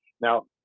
Now